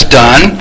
done